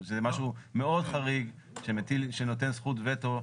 זה משהו מאוד חריג שנותן זכות וטו.